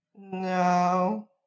No